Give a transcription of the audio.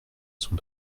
son